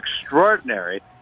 extraordinary